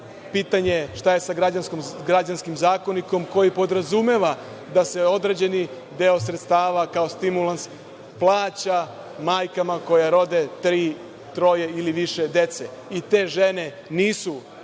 pitanje - šta je sa građanskim zakonikom, koji podrazumeva da se određeni deo sredstava, kao stimulans, plaća majkama koje rode troje, ili više dece i te žene nisu